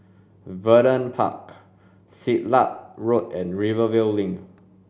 Vernon Park Siglap Road and Rivervale Link